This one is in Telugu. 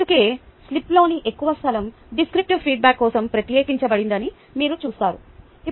అందుకే స్లిప్లోని ఎక్కువ స్థలం డేస్క్రిపటివ్ ఫీడ్బ్యాక్ కోసం ప్రత్యేకించబడిందని మీరు చూస్తారు